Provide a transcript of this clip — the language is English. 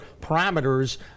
parameters